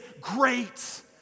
great